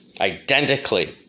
identically